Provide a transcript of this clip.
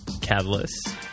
Catalyst